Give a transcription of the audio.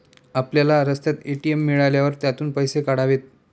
आपल्याला रस्त्यात ए.टी.एम मिळाल्यावर त्यातून पैसे काढावेत